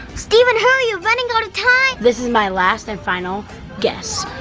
stephen hurry you're running out of time. this is my last and final guess,